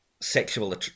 sexual